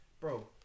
bro